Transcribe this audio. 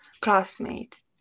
classmate